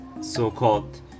so-called